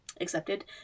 accepted